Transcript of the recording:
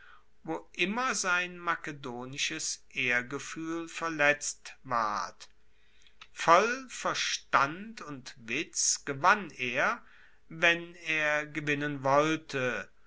wo immer sein makedonisches ehrgefuehl verletzt ward voll verstand und witz gewann er wen er gewinnen wollte